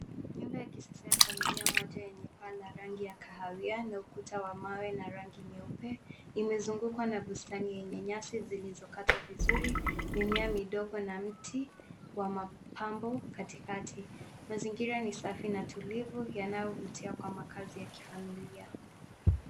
Nyumba ya kisasa ya familia moja yenye aa la rangi ya kahawia na ukuta wa mawe na rangi nyeupe, imezungukwa na bustani yenye nyasi zilizokatwa vizuri mimea midogo na mti wa mapambo katikati. Mazingira ni safi na tulivu yanayovutia kwa makazi ya kifamilia.